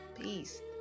peace